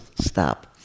stop